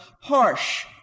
harsh